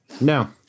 No